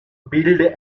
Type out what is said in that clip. billed